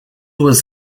was